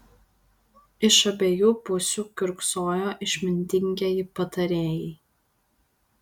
iš abiejų pusių kiurksojo išmintingieji patarėjai